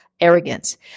arrogance